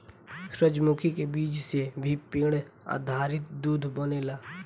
सूरजमुखी के बीज से भी पेड़ आधारित दूध बनेला